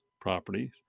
properties